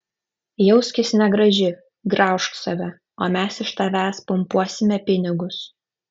jauskis negraži graužk save o mes iš tavęs pumpuosime pinigus